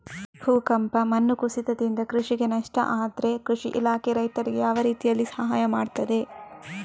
ಭೂಕಂಪ, ಮಣ್ಣು ಕುಸಿತದಿಂದ ಕೃಷಿಗೆ ನಷ್ಟ ಆದ್ರೆ ಕೃಷಿ ಇಲಾಖೆ ರೈತರಿಗೆ ಯಾವ ರೀತಿಯಲ್ಲಿ ಸಹಾಯ ಮಾಡ್ತದೆ?